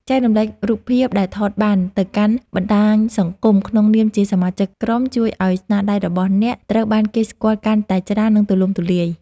ចែករំលែករូបភាពដែលថតបានទៅកាន់បណ្តាញសង្គមក្នុងនាមជាសមាជិកក្រុមជួយឱ្យស្នាដៃរបស់អ្នកត្រូវបានគេស្គាល់កាន់តែច្រើន និង ទូលំទូលាយ។